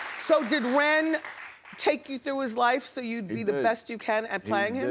so did ren take you through his life so you'd be the best you can at playing him?